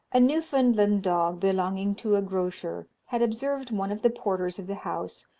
a newfoundland dog, belonging to a grocer, had observed one of the porters of the house,